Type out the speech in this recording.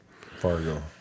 Fargo